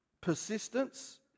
persistence